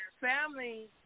family